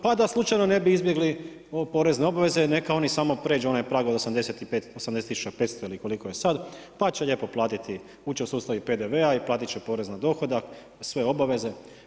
Pa da slučajno ne bi izbjegli porezne obveze neka oni samo pređu onaj prag od 80 tisuća 500 ili koliko je sada, pa će lijepo platiti, ući će u sustav PDV-a i platit će porez na dohodak, sve obaveze.